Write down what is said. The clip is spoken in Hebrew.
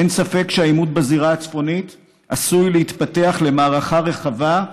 אין ספק שהעימות בזירה הצפונית עשוי להתפתח למערכה רחבה,